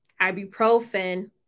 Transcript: ibuprofen